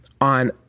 On